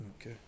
okay